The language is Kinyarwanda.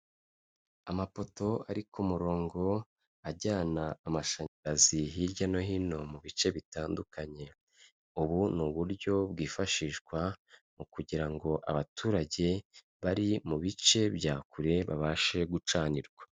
Amapoto ari ku murongo ajyana amashanyarazi hirya no hino mu bice bitandukanye, ubu ni uburyo bwifashishwa mu kugira ngo abaturage bari mu bice bya kure babashe gucanirwa.